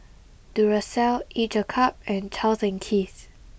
Duracell Each a cup and Charles and Keith